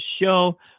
show